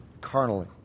carnally